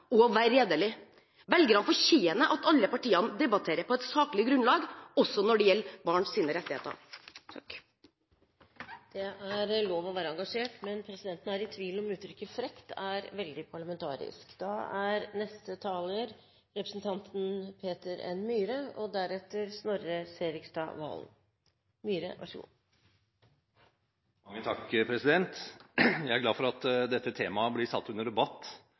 og være redelig. Velgerne fortjener at alle partiene debatterer på et saklig grunnlag, også når det gjelder barns rettigheter. Det er lov å være engasjert, men presidenten er i tvil om uttrykket «frekt» er veldig parlamentarisk. Jeg er glad for at dette temaet blir satt under debatt i Stortinget i dag, og vil takke representanten Skovholt Gitmark for å ha reist dette spørsmålet. Det er